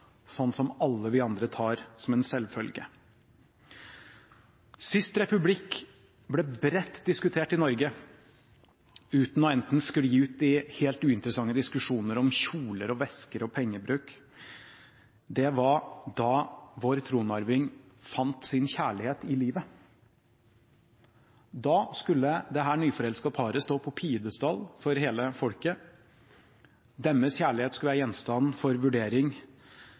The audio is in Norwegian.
som alle vi andre tar som en selvfølge? Sist gang republikk ble bredt diskutert i Norge uten å skli ut i helt uinteressante diskusjoner om kjoler, vesker og pengebruk, var da vår tronarving fant sin kjærlighet i livet. Da skulle det nyforelskede paret stå på pidestall for hele folket. Deres kjærlighet skulle være gjenstand for vurdering